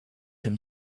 him